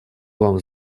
вам